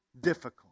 difficult